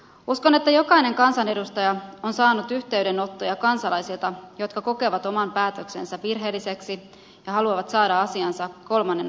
uskon että jokainen kansanedustaja on saanut yhteydenottoja kansalaisilta jotka kokevat oman päätöksensä virheelliseksi ja haluavat saada asiansa kolmannen osapuolen käsittelyyn